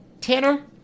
Tanner